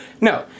No